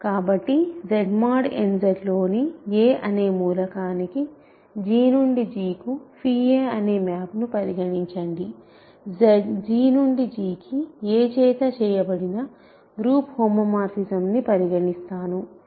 కాబట్టి Z mod n Z లోని a అనే మూలకానికి G నుండి G కు a అనే మ్యాప్ ను పరిగణించండి G నుండి G కి a చేత చేయబడిన గ్రూప్ హోమోమార్ఫిజాన్ని పరిగణిస్తాను ఇది ఏమిటి